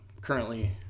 currently